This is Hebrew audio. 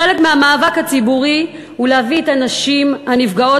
חלק מהמאבק הציבורי הוא להביא את הנשים הנפגעות